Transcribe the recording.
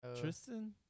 Tristan